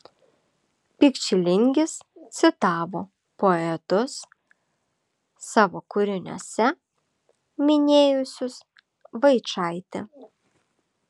pikčilingis citavo poetus savo kūriniuose minėjusius vaičaitį